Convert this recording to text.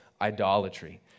idolatry